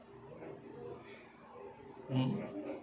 mm